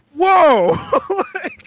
whoa